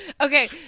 Okay